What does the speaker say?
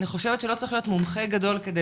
אני חושבת שלא צריך להיות מומחה גדול כדי